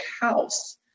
house